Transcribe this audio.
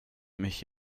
mich